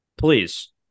please